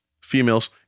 females